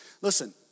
Listen